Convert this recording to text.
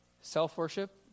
Self-worship